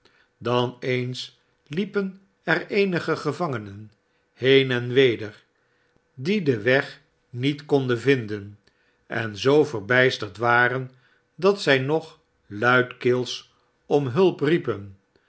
dan eens liepen er eenige gevangenen heen en weder die den weg niet konden vinden en zoo verbijsterd waren dat zij nog luidkeels om hulp riepen